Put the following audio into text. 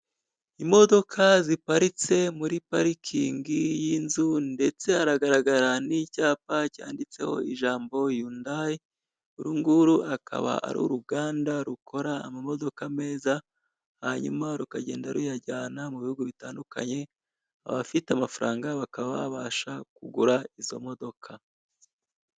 Imodoka ziparitse muri parikingi y'inzu, ndetse hagaragara n'icyapa cyanditseho ijambo yundayi urunguru rukaba ari uruganda rukora amamodoka meza, hanyuma rukagenda ruyajyana mu bihugu bitandukanye, abafite amafaranga bakaba babasha kugura izo modoka.